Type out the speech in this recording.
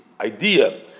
idea